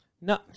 No